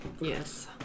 Yes